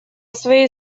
своей